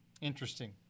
Interesting